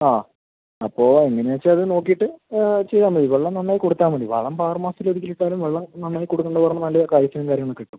ആ അപ്പോൾ എങ്ങനെയാണ് വെച്ചാൽ അത് നോക്കിയിട്ട് ചെയ്താൽ മതി വെള്ളം നന്നായി കൊടുത്താൽ മതി വളം ഇപ്പം ആറ് മാസത്തിൽ ഒരിക്കൽ ഇട്ടാലും വെള്ളം നന്നായി കൊടുക്കുന്തോറും നല്ല കായ്ക്കലും കാര്യങ്ങളും കിട്ടും